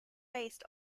based